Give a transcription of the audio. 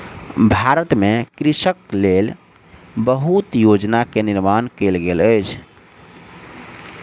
भारत में कृषकक लेल बहुत योजना के निर्माण कयल गेल अछि